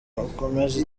ukomeze